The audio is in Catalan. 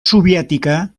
soviètica